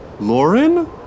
Lauren